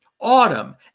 Autumn